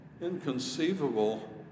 inconceivable